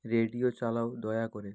radio চালাও দয়া করে